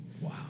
Wow